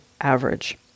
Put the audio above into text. average